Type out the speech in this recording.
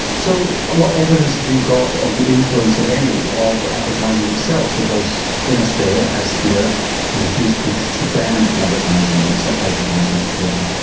so what evidence have you got of the influence if any of advertising itself because in australia as here there's a huge push to ban advertising, such advertising to children.